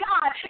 God